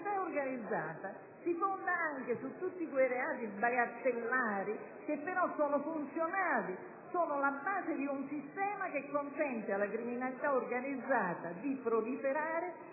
La criminalità organizzata infatti si fonda anche su tutti quei reati satellitari, che però sono funzionali, sono la base di un sistema che consente alla stessa di proliferare